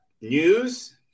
news